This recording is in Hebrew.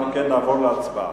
נעבור להצבעה.